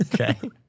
Okay